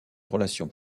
relations